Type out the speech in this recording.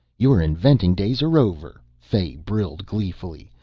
your inventing days are over, fay brilled gleefully.